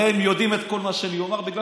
הרי הם יודעים את כל מה שאני אומר בגלל